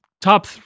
top